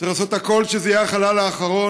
צריך לעשות הכול שזה יהיה החלל האחרון,